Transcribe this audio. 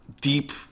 deep